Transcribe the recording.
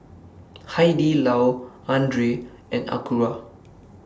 Hai Di Lao Andre and Acura